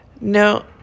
No